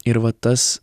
ir va tas